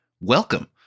welcome